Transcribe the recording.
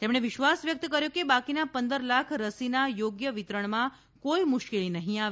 તેમણે વિશ્વાસ વ્યક્ત કર્યો કે બાકીના પંદર લાખ રસીના યોગ્ય વિતરણમાં કોઈ મુશ્કેલી નહીં આવે